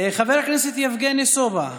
חבר הכנסת יבגני סובה,